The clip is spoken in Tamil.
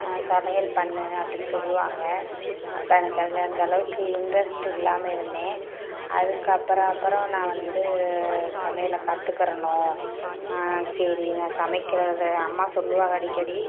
சமையல் பண்ணு அப்படின்னு சொல்லுவாங்க அப்போ எனக்கு அதில் அந்த அளவுக்கு இன்ட்ரெஸ்ட் இல்லாமல் இருந்தேன் அதுக்கு அப்புறம் அப்புறம் நான் வந்து சமையலை கற்றுக்கறனும் சரி நான் சமைக்கிறேன் அம்மா சொல்லுவாங்க அடிக்கடி